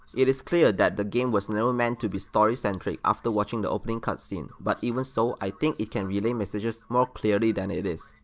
it is clear that the game was never meant to be story centric after watching the opening cutscene but even so i think it can relay messages more clearly than it is.